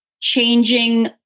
changing